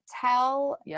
tell